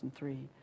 2003